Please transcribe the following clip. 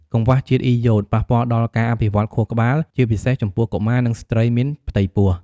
កង្វះជាតិអ៊ីយ៉ូត ប៉ះពាល់ដល់ការអភិវឌ្ឍខួរក្បាល ជាពិសេសចំពោះកុមារ និងស្ត្រីមានផ្ទៃពោះ។